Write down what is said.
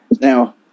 Now